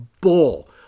bull